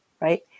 right